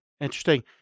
interesting